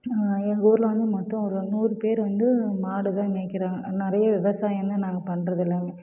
எங்கள் ஊரில் வந்து மொத்தம் ஒரு நூறு பேர் வந்து மாடு தான் மேய்க்கிறாங்க நிறைய விவசாயம்தான் நாங்கள் பண்ணுறது எல்லாமே